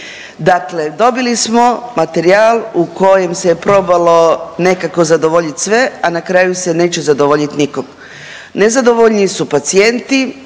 Dakle dobili smo materijal u kojem se je probalo nekako zadovoljit sve, a na kraju se neće zadovoljit niko. Nezadovoljni su pacijenti,